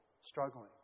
struggling